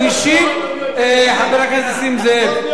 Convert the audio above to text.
הוא השיב, חבר הכנסת נסים זאב,